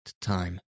time